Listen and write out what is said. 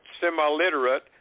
semi-literate